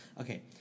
okay